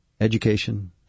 education